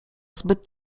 zbyt